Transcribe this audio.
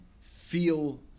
feel